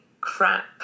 crap